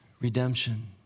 redemption